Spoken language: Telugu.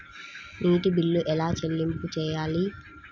నీటి బిల్లు ఎలా చెల్లింపు చేయాలి?